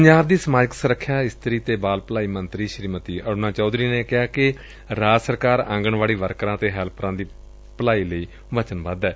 ਪੰਜਾਬ ਦੀ ਸਮਾਜਿਕ ਸੁਰੱਖਿਆ ਇਸਤਰੀ ਤੇ ਬਾਲ ਭਲਾਈ ਮੰਤਰੀ ਸ੍ਰੀਮਤੀ ਅਰੁਣਾ ਚੌਧਰੀ ਨੇ ਕਿਹਾ ਕਿ ਰਾਜ ਸਰਕਾਰ ਆਂਗਣਵਾੜੀ ਵਰਕਰਾਂ ਅਤੇ ਹੈਲਪਰਾਂ ਦੀ ਭਲਾਈ ਲਈ ਵਚਨਬੱਧ ਏ